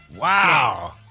Wow